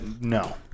no